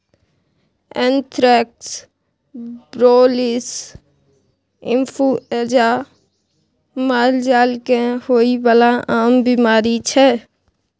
anthrax, brucellosis influenza मालजाल केँ होइ बला आम बीमारी छै